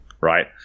Right